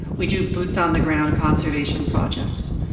we do boots on the ground conservation projects.